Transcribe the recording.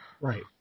right